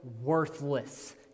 worthless